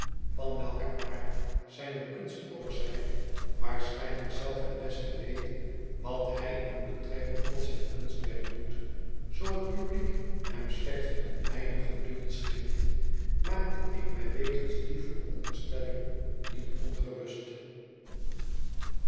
van welken aard zijne kunst ook zij waarschijnlijk zelf het beste weet wat hij in betrekking tot zijn kunstwerk doet zoo het publiek hem slechts een weinig geduld schenkt maakte ik mij wegens die vooronderstelling niet ongerust